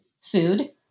food